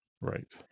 Right